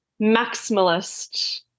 maximalist